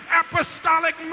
apostolic